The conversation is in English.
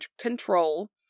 control